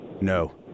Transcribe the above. No